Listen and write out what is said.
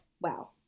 Wow